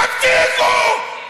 תפסיקו.